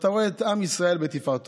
אתה רואה את עם ישראל בתפארתו.